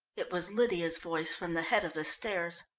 it was lydia's voice from the head of the stairs.